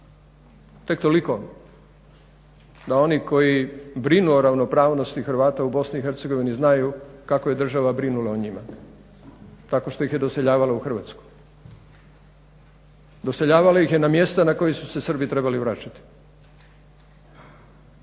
Tek toliko da oni koji brinu o ravnopravnosti Hrvata u BiH znaju kako je država brinula o njima, tako što ih je doseljavala u Hrvatsku. Doseljavala ih je na mjesta na koja su se Srbi trebali vraćati.